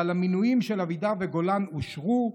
אבל המינויים של אבידר וגולן אושרו,